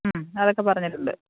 മ് അതൊക്കെ പറഞ്ഞിട്ടുണ്ട്